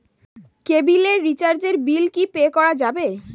কেবিলের রিচার্জের বিল কি পে করা যাবে?